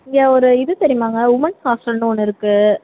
இங்கே ஒரு இது தெரியுமாங்க உமன்ஸ் ஹாஸ்டல்னு ஒன்று இருக்குது